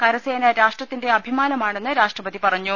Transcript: കരസേന രാഷ്ട്രത്തിന്റെ അഭിമാനമാണെന്ന് രാഷ്ട്രപതി പറഞ്ഞു